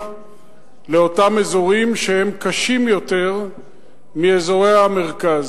לאותם אזורים שהם קשים יותר מאזורי המרכז.